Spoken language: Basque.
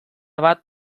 bat